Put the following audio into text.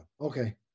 Okay